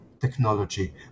Technology